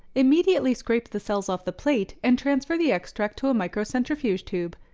immediately scrape the cells off the plate and transfer the extract to a microcentrifuge tube.